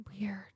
Weird